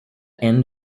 end